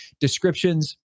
descriptions